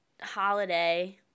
holiday